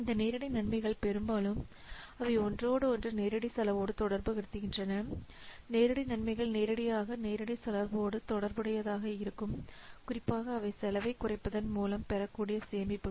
இந்த நேரடி நன்மைகள் பெரும்பாலும் அவை ஒன்றோடு ஒன்று நேரடி செலவோடு தொடர்புபடுத்துகின்றன நேரடி நன்மைகள் நேரடியாக நேரடி செலவோடு தொடர்புடையதாக இருக்கும் குறிப்பாக அவை செலவைக் குறைப்பதன் மூலம் பெறக்கூடிய சேமிப்புகள்